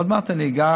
עוד מעט אני אגע